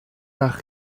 nach